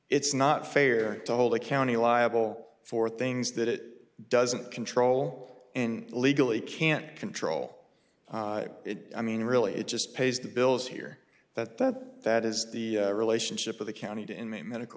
it's not fair to hold a county liable for things that it doesn't control and legally can't control it i mean really it just pays the bills here that that that is the relationship of the county to in the medical